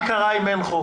מה יקרה אם אין חוק?